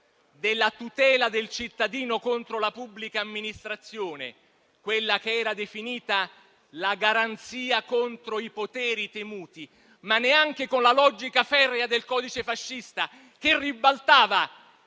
della tutela del cittadino contro la pubblica amministrazione, (quella che era definita la garanzia contro i poteri temuti), ma neanche con la logica ferrea del codice fascista, che ribaltava